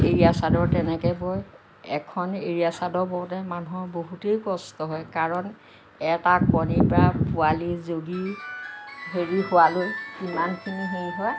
এৰীয়া চাদৰ তেনেকে বয় এখন এৰীয়া চাদৰ বওঁতে মানুহৰ বহুতেই কষ্ট হয় কাৰণ এটা কণীৰ পৰা পোৱালি জগি হেৰি হোৱালৈ কিমানখিনি হেৰি হোৱা